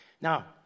Now